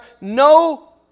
no